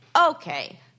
okay